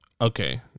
Okay